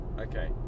Okay